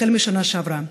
החל מהשנה שעברה.